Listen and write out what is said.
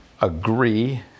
agree